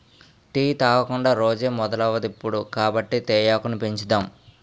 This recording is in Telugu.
టీ తాగకుండా రోజే మొదలవదిప్పుడు కాబట్టి తేయాకును పెంచుదాం